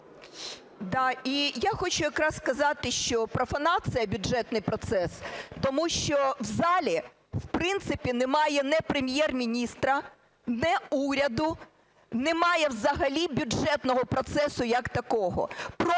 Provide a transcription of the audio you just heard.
Да, і я хочу якраз сказати, що профанація – бюджетний процес, тому що в залі, в принципі, немає ні Прем'єр-міністра, ні уряду, немає взагалі бюджетного процесу як такого.